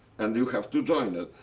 and you have to join it.